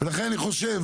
ולכן אני חושב